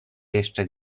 jeszcze